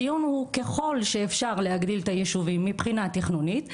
לא יעלה על דעתי שלבני היישובים הקהילתיים במשגב,